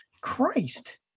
Christ